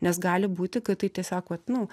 nes gali būti kad tai tiesiog vat nu